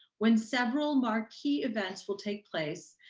when several marquee events will take place,